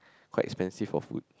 quite expensive for food